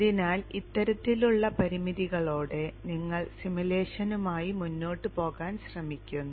അതിനാൽ ഇത്തരത്തിലുള്ള പരിമിതികളോടെ നിങ്ങൾ സിമുലേഷനുമായി മുന്നോട്ട് പോകാൻ ശ്രമിക്കുന്നു